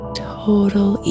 total